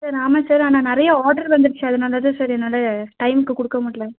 sir ஆமாம் sir ஆனால் நிறையா ஆர்டர் வந்துடுச்சு அதனால தான் சார் என்னால் டைமுக்கு கொடுக்க முடியல